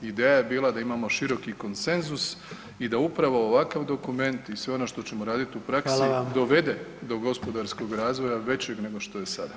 Ideja je bila da imamo široki konsenzus i da upravo ovakav dokument i sve ono što ćemo raditi u praksi [[Upadica: Hvala vam.]] dovede do gospodarskog razvoja većeg nego što je sada.